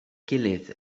gilydd